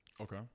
Okay